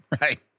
Right